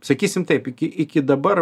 sakysim taip iki iki dabar